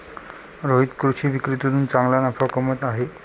रोहित कृषी विक्रीतून चांगला नफा कमवत आहे